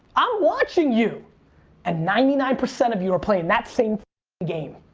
i'm watching you and ninety nine percent of you are playing that same game.